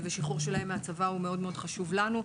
ושחרור שלהם מהצבא הוא מאוד מאוד חשוב לנו.